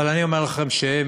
אבל אני אומר לכם שהם,